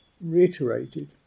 reiterated